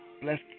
bless